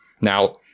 Now